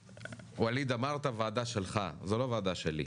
וואליד, אמרת ועדה שלך, זו לא ועדה שלי.